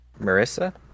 Marissa